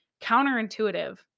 counterintuitive